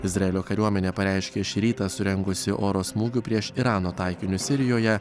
izraelio kariuomenė pareiškė šį rytą surengusi oro smūgių prieš irano taikinius sirijoje